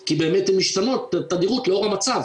כי באמת הן משתנות תדיר לאור המצב.